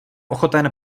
ochoten